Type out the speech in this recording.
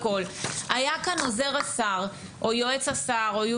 היה כאן עוזר השר או יועץ השר או you